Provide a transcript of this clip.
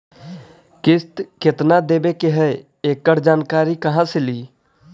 किस्त केत्ना देबे के है एकड़ जानकारी कहा से ली?